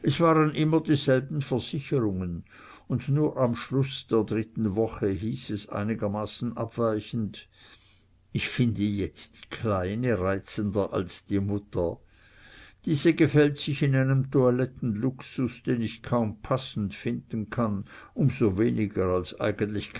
es waren immer dieselben versicherungen und nur am schlusse der dritten woche hieß es einigermaßen abweichend ich finde jetzt die kleine reizender als die mutter diese gefällt sich in einem toilettenluxus den ich kaum passend finden kann um so weniger als